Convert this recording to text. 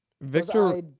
Victor